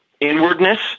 inwardness